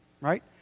right